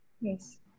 Yes